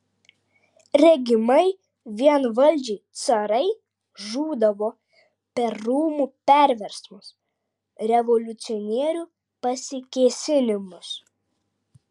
regimai vienvaldžiai carai žūdavo per rūmų perversmus revoliucionierių pasikėsinimus